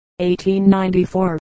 1894